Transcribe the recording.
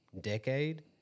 decade